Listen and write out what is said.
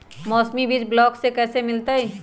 मौसमी बीज ब्लॉक से कैसे मिलताई?